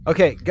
Okay